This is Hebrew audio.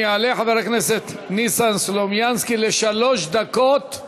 יעלה חבר הכנסת ניסן סלומינסקי לשלוש דקות בלבד.